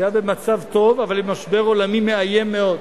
שהיה במצב טוב אבל עם משבר עולמי מאיים מאוד,